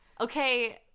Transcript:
okay